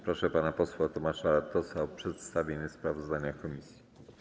Proszę pana posła Tomasza Latosa o przedstawienie sprawozdania komisji.